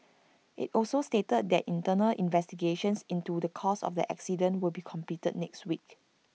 IT also stated that internal investigations into the cause of the accident will be completed next week